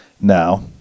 Now